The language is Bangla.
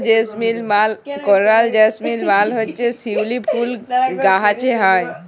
করাল জেসমিল মালে হছে শিউলি ফুল গাহাছে হ্যয়